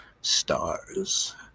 Stars